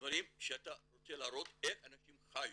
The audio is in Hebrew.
דברים שאתה רוצה להראות איך אנשים חיו.